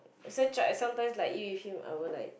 same tried sometimes I eat with him I would like